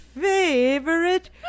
favorite